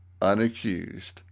unaccused